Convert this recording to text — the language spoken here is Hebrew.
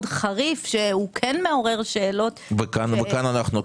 חריף שכן מעורר שאלות -- וכאן אנחנו,